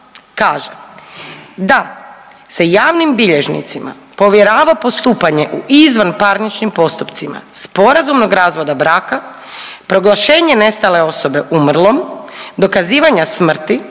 kaže da se javnim bilježnicima povjerava postupanje u izvanparničnim postupcima sporazumnog razvoda braka, proglašenje nestale osobe umrlom, dokazivanja smrti,